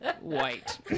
white